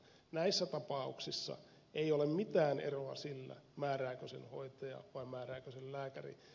näissä tapauksissa ei ole mitään eroa sillä määrääkö sen hoitaja vai määrääkö sen lääkäri